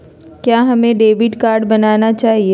क्या हमें debit card बनाना चाहिए?